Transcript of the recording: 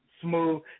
Smooth